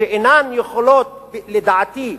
שאינן יכולות, לדעתי,